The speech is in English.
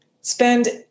Spend